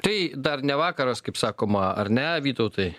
tai dar ne vakaras kaip sakoma ar ne vytautai